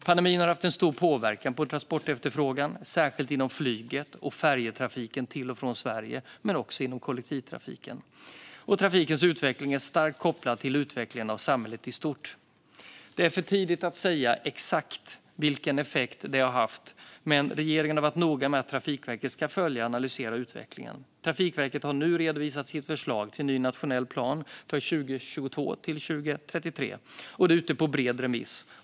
Pandemin har haft en stor påverkan på transportefterfrågan, särskilt inom flyget och färjetrafiken till och från Sverige men också inom kollektivtrafiken. Trafikens utveckling är starkt kopplad till utvecklingen av samhället i stort. Det är för tidigt att säga exakt vilken effekt det haft, men regeringen har varit noga med att Trafikverket ska följa och analysera utvecklingen. Trafikverket har nu redovisat sitt förslag till ny nationell plan för 2022-2033, och det är ute på en bred remiss.